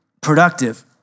productive